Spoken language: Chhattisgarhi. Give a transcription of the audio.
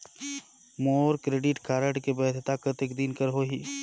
मोर क्रेडिट कारड के वैधता कतेक दिन कर होही?